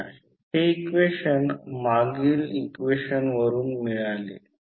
तर येथे dot convention घेतले जाते